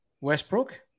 Westbrook